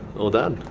all done,